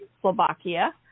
Slovakia